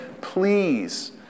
please